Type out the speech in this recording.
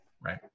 Right